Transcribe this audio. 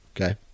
okay